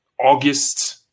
August –